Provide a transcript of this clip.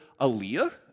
Aaliyah